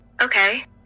Okay